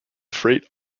freight